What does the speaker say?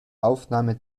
aufnahme